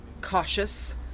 cautious